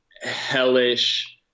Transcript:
hellish